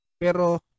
Pero